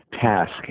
task